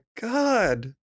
god